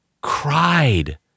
cried